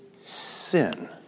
sin